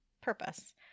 Purpose